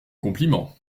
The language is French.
compliment